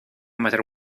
matter